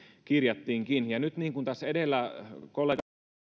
kirjattiinkin nyt niin kuin tässä edellä kollegat ovat tuoneet puheenvuoroissaan